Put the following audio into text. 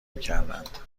میکردند